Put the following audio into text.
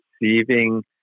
receiving